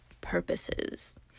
purposes